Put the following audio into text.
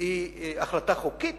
היה החלטה חוקית